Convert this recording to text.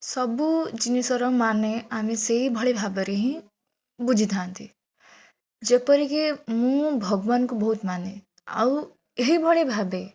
ସବୁ ଜିନିଷର ମାନେ ଆମେ ସେଇଭଳି ଭାବରେ ହିଁ ବୁଝିଥାନ୍ତି ଯେପରିକି ମୁଁ ଭଗବାନ୍ କୁ ବହୁତ୍ ମାନେ ଆଉ ଏହିଭଳି ଭାବେ